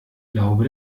glaube